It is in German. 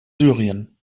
syrien